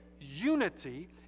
unity